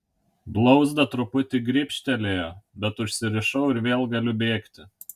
blauzdą truputį gribštelėjo bet užsirišau ir vėl galiu bėgti